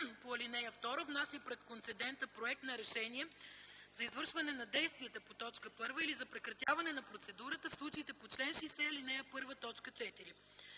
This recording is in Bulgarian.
по ал. 2 внася пред концедента проект на решение за извършване на действията по т. 1 или за прекратяване на процедурата в случаите по чл. 60, ал. 1, т. 4.